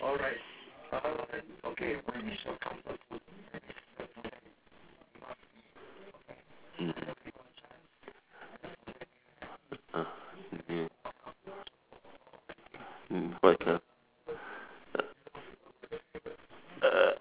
mmhmm